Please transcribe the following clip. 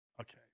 Okay